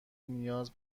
نیاز